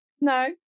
no